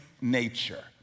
nature